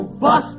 bus